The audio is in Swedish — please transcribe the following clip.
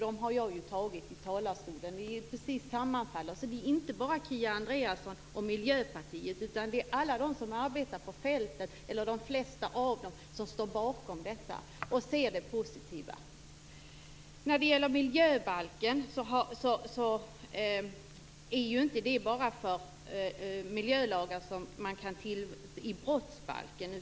Dem har jag ju framfört i talarstolen. De sammanfaller precis. Så det är inte bara Kia Andreasson och Miljöpartiet, utan det är de flesta av dem som arbetar på fältet som står bakom detta och ser det positiva. Miljöbalken innehåller inte bara miljölagar som man kan hänföra till brottsbalken.